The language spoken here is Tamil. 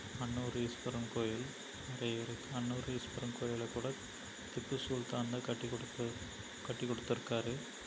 அன்னூர் ஈஸ்வரன் கோயில் நிறைய இருக்குது அன்னூர் ஈஸ்வரன் கோயில் கூட திப்பு சுல்தான் தான் கட்டிக் கொடுத்தது கட்டிக் கொடுத்துருக்காரு